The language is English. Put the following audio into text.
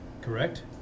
correct